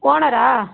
ஓனரா